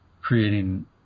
creating